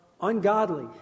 ungodly